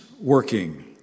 working